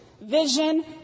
Vision